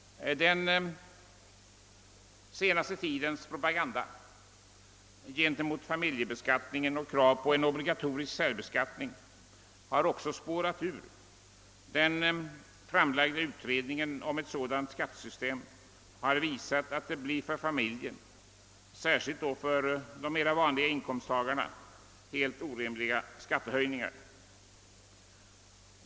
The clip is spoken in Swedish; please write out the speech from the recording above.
Den senaste tidens propaganda gentemot familjebeskattningen och krav på en obligatorisk särbeskattning har också spårat ur. Det framlagda utredningsbetänkandet om ett sådant skattesystem har visat att det för familjerna — särskilt för de mera vanliga inkomsttagarna — blir helt orimliga skattehöjningar.